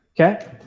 okay